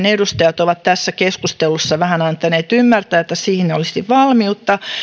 edustajat ovat tässä keskustelussa vähän antaneet ymmärtää että niihin olisi valmiutta